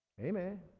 Amen